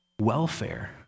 Welfare